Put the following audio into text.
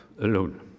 alone